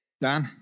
Dan